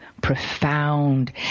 profound